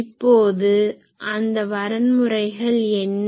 இப்போது அந்த வரன்முறைகள் என்ன